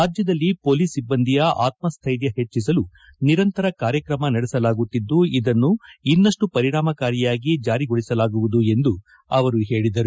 ರಾಜ್ಕದಲ್ಲಿ police ಸಿಬ್ಬಂದಿ ಆತ್ಮ್ವೈರ್ಯ ಹೆಚ್ಚಿಸಲು ನಿರಂತರ ಕಾರ್ಯಕ್ರಮ ನಡೆಸಲಾಗುತ್ತಿದ್ದು ಇದನ್ನು ಇನಪ್ಪು ಪರಿಣಾಮಕಾರಿಯಾಗಿ ಜಾರಿಗೊಳಿಸಲಾಗುವುದು ಎಂದು ಹೇಳಿದ್ದಾರೆ